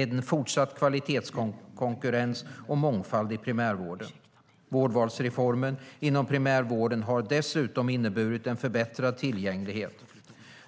en fortsatt kvalitetskonkurrens och mångfald i primärvården. Vårdvalsreformen inom primärvården har dessutom inneburit en förbättrad tillgänglighet.